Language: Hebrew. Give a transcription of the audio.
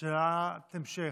שאלת המשך,